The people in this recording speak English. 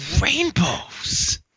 rainbows